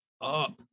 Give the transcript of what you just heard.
up